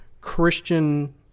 Christian